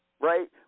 Right